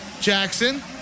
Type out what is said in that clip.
Jackson